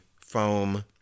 foam